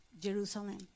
Jerusalem